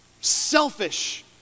selfish